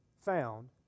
found